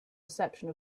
reception